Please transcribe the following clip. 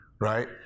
Right